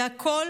והכול,